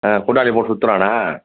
ஆ கூட்டாளி போட்டு சுற்றுறானா